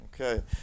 Okay